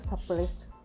suppressed